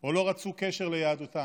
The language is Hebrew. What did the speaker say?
או לא רצו קשר ליהדותם,